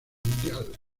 mundial